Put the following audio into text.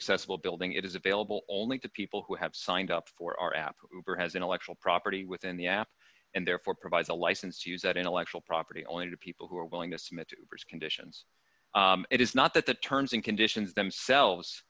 accessible building it is available only to people who have signed up for our app has intellectual property within the app and therefore provides a license to use that intellectual property only to people who are willing to submit conditions it is not that the terms and conditions themselves